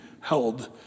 held